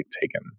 taken